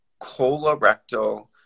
colorectal